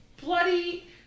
bloody